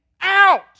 out